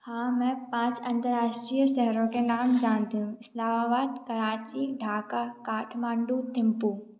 हाँ मैं पाँच अंतर्राष्ट्रीय शहरों के नाम जानती हूँ इस्लामाबाद कराची ढाका काठमांडू थिंपु